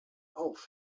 auf